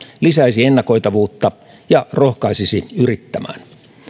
lisäisi ennakoitavuutta ja rohkaisisi yrittämään